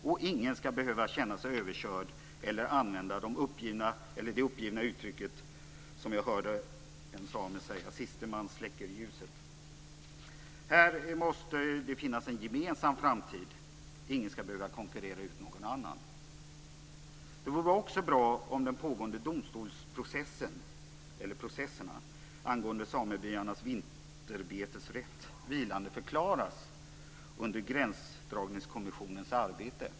Och ingen ska behöva känna sig överkörd eller använda det uppgivna uttryck jag hörde en same använda: Siste man släcker ljuset! Här måste det finnas en gemensam framtid. Ingen ska behöva konkurrera ut någon annan. Det vore också bra om de pågående domstolsprocesserna angående samebyarnas vinterbetesrätt vilandeförklarades under gränsdragningskommissionens arbete.